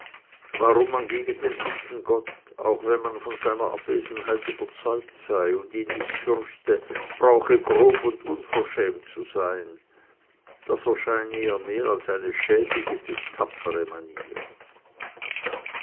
warum man gegen den lieben gott auch wenn man von seiner abwesenheit überzeugt sei und ihn nicht fürchte brauche grob und unverschämt zu sein das erscheine ihr mehr als eine schäbige denn tapfere manier